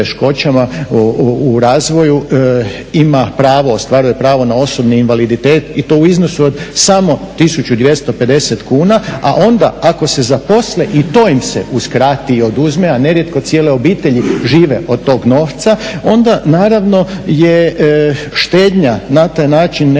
u razvoju ima pravo, ostvaruje pravo na osobni invaliditet i to u iznosu od samo 1250 kuna, a onda ako se zaposle i to im se uskrati i oduzme, a nerijetko cijele obitelji žive od tog novca onda naravno je štednja na taj način nešto